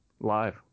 live